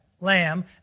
lamb